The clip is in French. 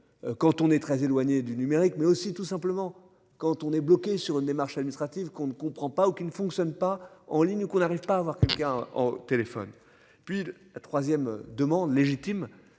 Quand on est très éloigné du numérique, mais aussi tout simplement quand on est bloqué sur une démarche administrative qu'on ne comprend pas ou qui ne fonctionne pas en ligne ou qu'on n'arrive pas à avoir quelqu'un au téléphone puis la 3ème demande légitime,